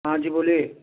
ہاں جی بولیے